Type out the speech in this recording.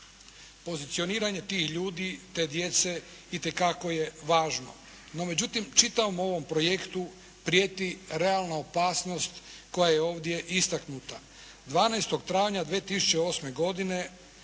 Pozicioniranje tih ljudi, te djece itekako je važno. No međutim, čitavom ovom projektu prijeti realna opasnost koja je ovdje istaknuta. 12. travnja 2008. godine